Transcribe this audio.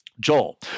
Joel